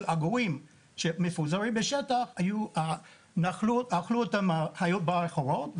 עגורים שמפוזרים בשטח שאכלו אותם חיות בר אחרות,